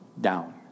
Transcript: down